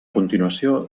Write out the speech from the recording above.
continuació